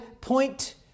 point